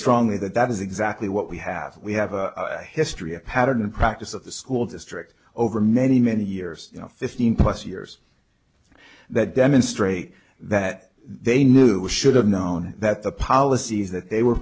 strongly that that is exactly what we have we have a history a pattern and practice of the school district over many many years you know fifteen plus years that demonstrate that they knew we should have known that the policies that they were